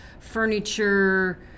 furniture